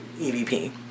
EVP